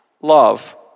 love